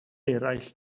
eraill